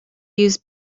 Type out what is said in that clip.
use